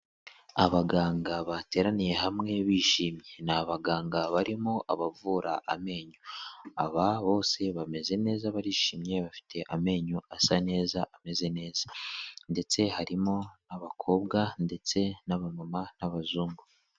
Abaganga bateraniye hamwe bishimye ni abaganga barimo abavura amenyo, aba bose bameze neza barishimye bafite amenyo asa neza, ameze neza ndetse harimo abakobwa ndetse n'abamama n'abazungu.